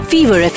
Fever